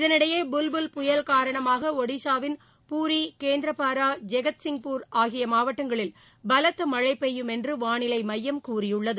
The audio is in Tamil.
இதனிடையே புவ்புல் புயல் காரணமாக ஒடிசாவின் பூரி கேந்ரபாரா ஜெகத்சிங்பூர் மாவட்டங்களில் பலத்த மழை பெய்யும் என்று வானிலை மையம் கூறியுள்ளது